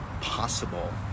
possible